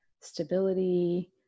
stability